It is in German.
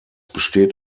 besteht